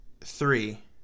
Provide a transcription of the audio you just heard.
Three